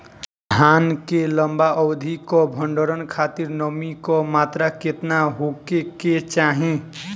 धान के लंबा अवधि क भंडारण खातिर नमी क मात्रा केतना होके के चाही?